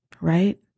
right